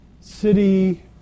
city